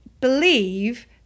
believe